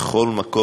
בכל מקום.